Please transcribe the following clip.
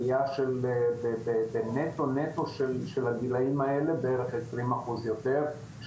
עלייה של בנטו של הגילאים האלה בערך 20 אחוז יותר,